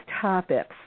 topics